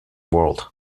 world